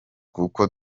kuko